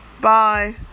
Bye